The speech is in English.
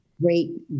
great